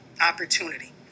opportunity